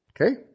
Okay